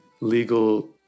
legal